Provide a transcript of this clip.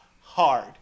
hard